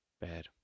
Bad